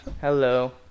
hello